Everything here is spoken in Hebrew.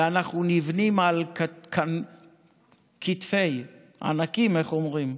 ואנחנו נבנים על כתפי ענקים, איך אומרים?